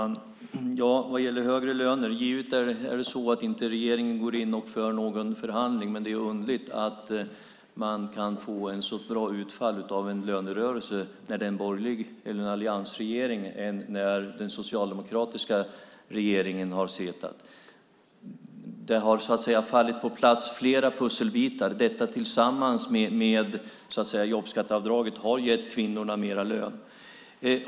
Fru talman! Vad gäller högre löner är det givetvis så att regeringen inte går in och för någon förhandling, men det är underligt att man kan få ett så bra utfall av en lönerörelse när det är en alliansregering jämfört med när den socialdemokratiska regeringen har suttit vid makten. Flera pusselbitar har fallit på plats. Detta tillsammans med jobbskatteavdraget har gett kvinnorna mer lön.